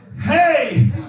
hey